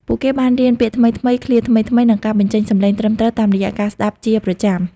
ពួកគេបានរៀនពាក្យថ្មីៗ ឃ្លាថ្មីៗ និងការបញ្ចេញសំឡេងត្រឹមត្រូវតាមរយៈការស្តាប់ជាប្រចាំ។